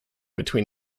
between